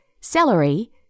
celery